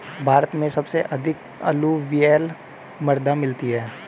भारत में सबसे अधिक अलूवियल मृदा मिलती है